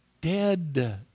dead